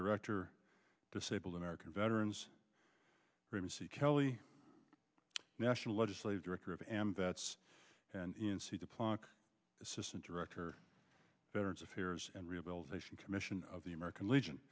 director disabled american veterans kelly national legislative director of am bats and in cedar plock assistant director veterans affairs and rehabilitation commission of the american legion